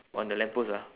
on the lamp post ah